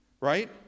Right